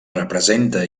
representa